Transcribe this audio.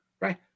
right